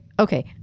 Okay